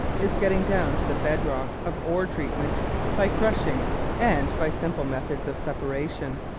is getting down to the bed-rock of ore-treatment by crushing and by simple methods of separation.